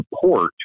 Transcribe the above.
support